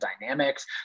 dynamics